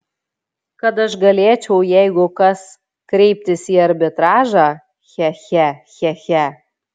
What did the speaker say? kad aš galėčiau jeigu kas kreiptis į arbitražą che che che che